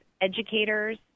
educators